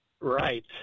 right